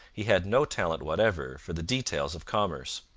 he had no talent whatever for the details of commerce.